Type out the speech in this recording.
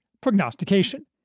prognostication